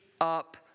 up